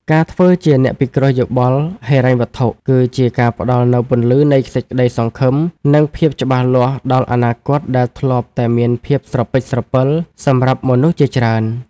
ការធ្វើជាអ្នកពិគ្រោះយោបល់ហិរញ្ញវត្ថុ គឺជាការផ្ដល់នូវពន្លឺនៃសេចក្ដីសង្ឃឹម និងភាពច្បាស់លាស់ដល់អនាគតដែលធ្លាប់តែមានភាពស្រពិចស្រពិលសម្រាប់មនុស្សជាច្រើន។